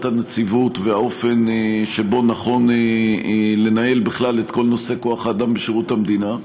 הנציבות והאופן שבו נכון לנהל בכלל את כל נושא כוח האדם בשירות המדינה.